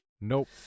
Nope